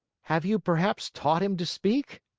have you perhaps taught him to speak?